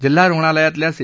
जिल्हा रुग्णालयातल्या सी